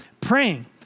praying